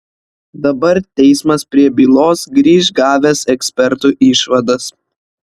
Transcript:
dabar teismas prie bylos grįš gavęs ekspertų išvadas